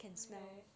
okay